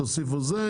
תוסיפו את זה,